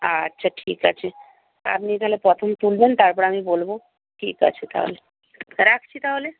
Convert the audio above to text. আচ্ছা ঠিক আছে আপনি তাহলে প্রথম তুলবেন তারপর আমি বলব ঠিক আছে তাহলে রাখছি তাহলে